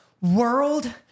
world